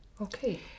Okay